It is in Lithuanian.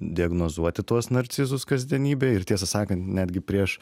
diagnozuoti tuos narcizus kasdienybėj ir tiesą sakant netgi prieš